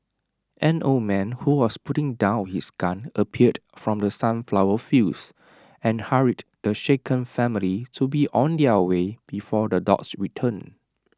an old man who was putting down his gun appeared from the sunflower fields and hurried the shaken family to be on their way before the dogs return